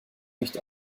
nicht